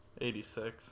86